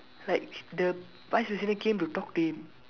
like the vice president came and talk to him